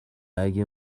اگه